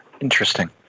Interesting